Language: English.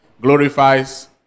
glorifies